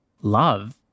love